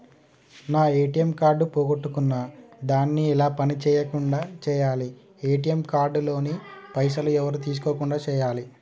నా ATM card పోగొట్టుకున్నా దాన్ని ఎలా పని చేయకుండా చేయాలి ఏ.టి.ఎమ్ కార్డు లోని పైసలు ఎవరు తీసుకోకుండా చేయాలి?